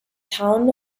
town